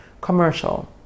commercial